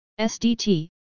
SDT